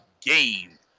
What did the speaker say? game